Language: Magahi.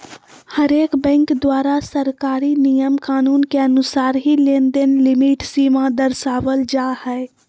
हरेक बैंक द्वारा सरकारी नियम कानून के अनुसार ही लेनदेन लिमिट सीमा दरसावल जा हय